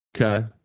okay